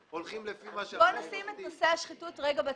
בוא נשים את נושא השחיתות בצד.